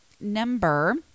number